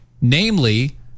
namely